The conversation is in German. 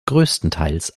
größtenteils